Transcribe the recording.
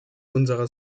unserer